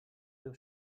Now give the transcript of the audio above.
deu